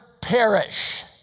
perish